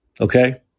Okay